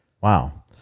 Wow